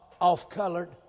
off-colored